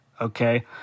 okay